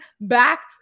back